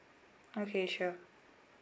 okay sure